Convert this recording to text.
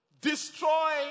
destroy